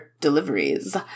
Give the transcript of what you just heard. deliveries